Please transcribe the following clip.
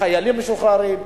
לחיילים משוחררים,